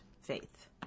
faith